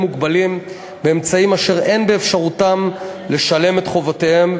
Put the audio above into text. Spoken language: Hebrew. מוגבלים באמצעים אשר אין באפשרותם לשלם את חובותיהם,